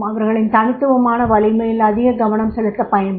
அவர்களின் தனித்துவமான வலிமையில் அதிக கவனம் செலுத்த பயன்படும்